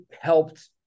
helped